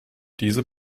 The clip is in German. diese